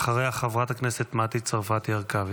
ואחריה, חברת הכנסת מטי צרפתי הרכבי.